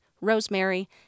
rosemary